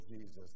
Jesus